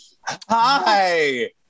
hi